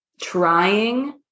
trying